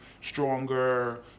stronger